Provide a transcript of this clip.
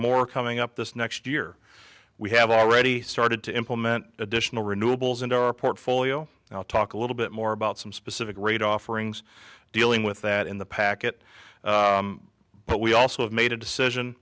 more coming up this next year we have already started to implement additional renewables into our portfolio and i'll talk a little bit more about some specific rate offerings dealing with that in the packet but we also have made a decision